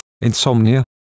insomnia